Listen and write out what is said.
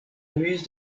muse